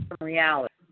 reality